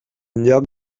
lloc